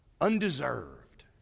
Undeserved